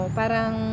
parang